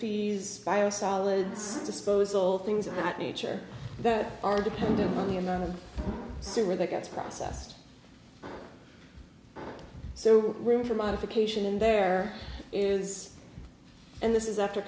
biosolids disposal things of that nature that are dependent on the amount of sewer that gets processed so room for modification and there is and this is after